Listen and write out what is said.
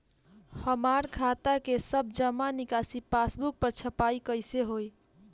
हमार खाता के सब जमा निकासी पासबुक पर छपाई कैसे होई?